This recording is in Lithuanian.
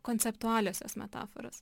konceptualiosios metaforos